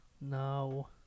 No